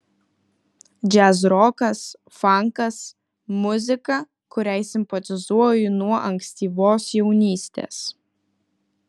džiazrokas fankas muzika kuriai simpatizuoju nuo ankstyvos jaunystės